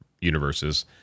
universes